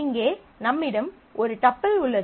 இங்கே நம்மிடம் ஒரு டப்பிள் உள்ளது